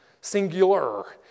singular